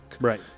right